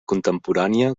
contemporània